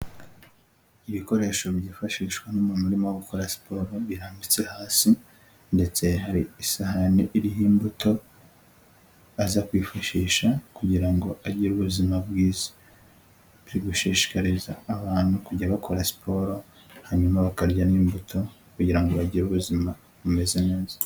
Ibikoresho byifashishwa n'umuntu urimo gukora siporo, birambitse hasi, ndetse hari isahani iriho imbuto, aza kwifashisha kugira ngo agire ubuzima bwiza. Biri gushishikariza abantu kujya bakora siporo, hanyuma bakarya n'imbuto kugira ngo bagire ubuzima bumeze neza.